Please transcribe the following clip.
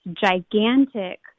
gigantic